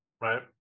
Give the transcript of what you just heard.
right